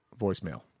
voicemail